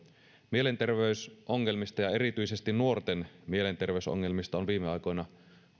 mielenterveysongelmista ja erityisesti nuorten mielenterveysongelmista on viime aikoina